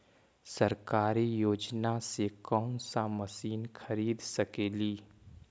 सरकारी योजना से कोन सा मशीन खरीद सकेली?